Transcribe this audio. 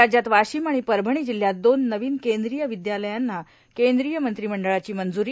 राज्यात वाशिम आणि परभणी जिल्ह्यात दोन नवीन केंद्रीय विद्यालयांना केंद्रीय मंत्रिमंडळाची मंजूरी